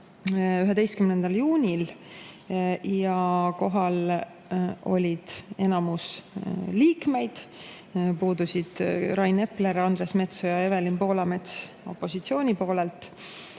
11. juunil ja kohal oli enamus liikmeid, puudusid Rain Epler, Andres Metsoja ja Evelin Poolamets opositsiooni poolelt,